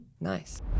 nice